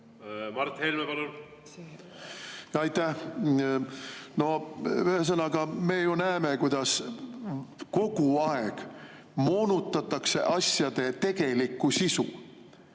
Mart Helme, palun! Aitäh! Me ju näeme, kuidas kogu aeg moonutatakse asjade tegelikku sisu.